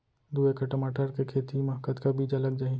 दू एकड़ टमाटर के खेती मा कतका बीजा लग जाही?